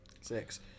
Six